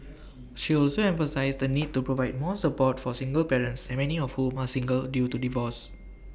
she also emphasised the need to provide more support for single parents and many of whom are single due to divorce